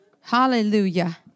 Hallelujah